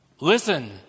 listen